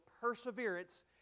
perseverance